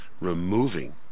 removing